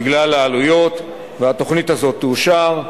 בגלל העלויות, והתוכנית הזאת תאושר.